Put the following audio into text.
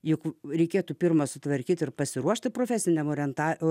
juk reikėtų pirma sutvarkyti ir pasiruošti profesiniam orientavimui